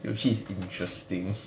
有趣 is not weird lor 有趣 is interesting